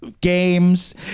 games